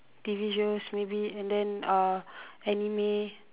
T_V shows maybe and then uh anime